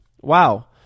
Wow